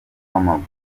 w’amaguru